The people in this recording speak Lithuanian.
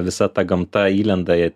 visa ta gamta įlenda į